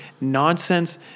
nonsense